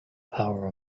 power